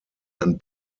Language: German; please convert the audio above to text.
ein